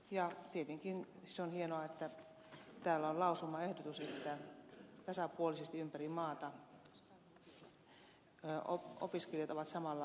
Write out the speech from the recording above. ja tietenkin se on hienoa että täällä on lausumaehdotus että tasapuolisesti ympäri maata opiskelijat ovat samalla linjalla